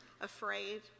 Afraid